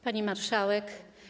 Pani Marszałek!